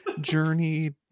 Journey